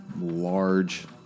large